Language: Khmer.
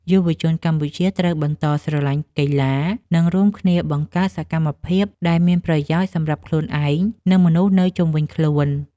យុវជនកម្ពុជាត្រូវបន្តស្រឡាញ់កីឡា និងរួមគ្នាបង្កើតសកម្មភាពដែលមានប្រយោជន៍សម្រាប់ខ្លួនឯង និងមនុស្សនៅជុំវិញខ្លួន។